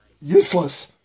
useless